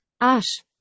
Ash